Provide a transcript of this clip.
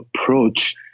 approach